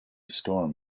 storm